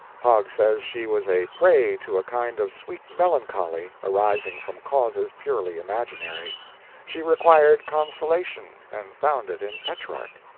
hogg says she was a prey to a kind of sweet melancholy, arising from causes purely imaginary she required consolation, and found it in petrarch.